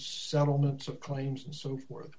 elements of claims and so forth